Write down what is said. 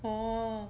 orh